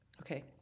Okay